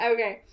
Okay